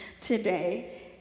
today